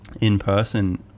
in-person